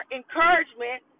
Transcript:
encouragement